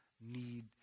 need